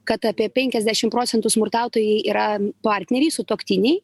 kad apie penkiasdešim procentų smurtautojai yra partneriai sutuoktiniai